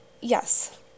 yes